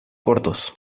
cortos